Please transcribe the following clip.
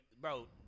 bro